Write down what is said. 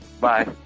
Bye